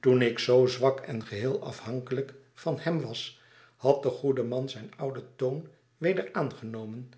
toen ik zoo zwak en geheei afhankelijk van hem was had de goede man zijn oudentoon wederaangenomen